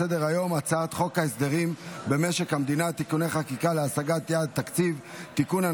הצעת חוק ההסדרים במשק המדינה (תיקוני חקיקה להשגת יעדי התקציב) (תיקון,